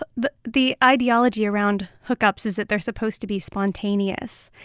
but the the ideology around hookups is that they're supposed to be spontaneous.